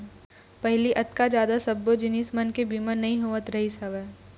पहिली अतका जादा सब्बो जिनिस मन के बीमा नइ होवत रिहिस हवय